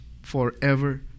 forever